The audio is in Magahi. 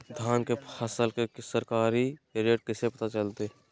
धान के फसल के सरकारी रेट कैसे पता चलताय?